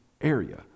area